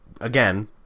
again